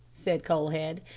said colhead.